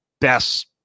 best